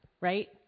right